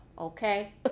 okay